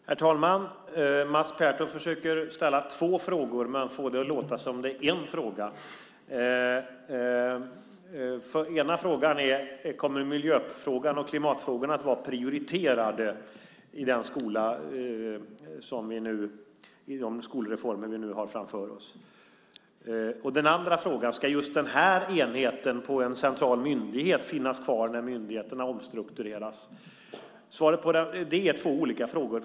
Herr talman! Mats Pertoft försöker att ställa två frågor men få det att låta som att det är en fråga. Den ena frågan är: Kommer miljö och klimatfrågorna att vara prioriterade i den skolreform som vi nu har framför oss? Den andra frågan är: Ska just den här enheten på en central myndighet finnas kvar när myndigheterna omstruktureras? Det är två olika frågor.